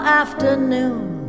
afternoon